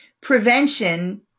Prevention